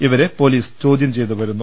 ഇവരെ പോലീസ്റ്റ് ചോദ്യം ചെയ്ത് വരുന്നു